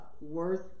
worth